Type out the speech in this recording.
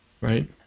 Right